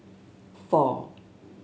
four